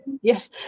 yes